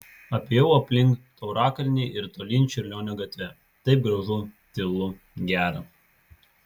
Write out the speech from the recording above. apėjau aplink taurakalnį ir tolyn čiurlionio gatve taip gražu tylu gera